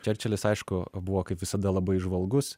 čerčilis aišku buvo kaip visada labai įžvalgus